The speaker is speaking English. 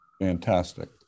Fantastic